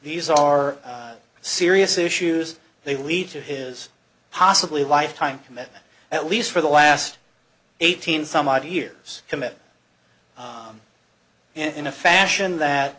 these are serious issues they lead to his possibly lifetime commitment at least for the last eighteen some odd years committed in a fashion that